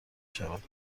شود